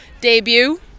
debut